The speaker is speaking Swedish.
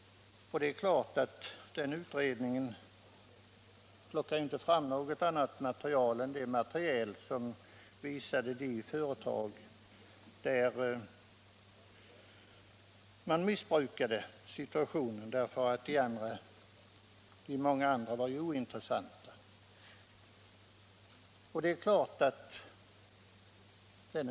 Det är klart att den utredningen inte plockade fram något annat material än det som visade att det fanns företag som missbrukade situationen. De många andra var ju ointressanta.